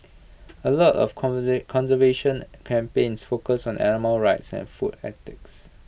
A lot of conservation campaigns focus on animal rights and food ethics